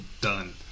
done